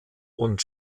und